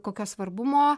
kokio svarbumo